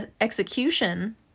execution